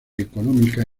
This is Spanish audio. económica